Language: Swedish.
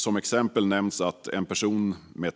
Som exempel nämns att en person med